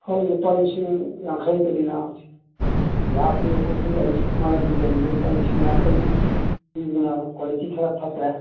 ꯍꯣꯏ ꯂꯨꯄꯥ ꯂꯤꯁꯡ ꯌꯥꯡꯈꯩꯗꯒꯤꯅ ꯂꯥꯈ ꯄꯤꯕꯐꯥꯎꯕꯁꯨ ꯂꯩ ꯃꯔꯝꯗꯤ ꯀꯩꯒꯤ ꯂꯨꯄꯥ ꯂꯤꯁꯤꯡ ꯌꯥꯡꯈꯩ ꯄꯤꯕꯗꯨꯅ ꯀ꯭ꯋꯥꯂꯤꯇꯤ ꯈꯔ ꯐꯠꯇ꯭ꯔꯦ